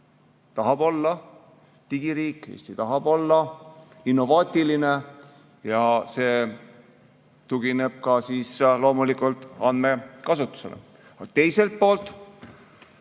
tahab olla digiriik, Eesti tahab olla innovaatiline ja see tugineb ka loomulikult andmekasutusele.